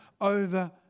over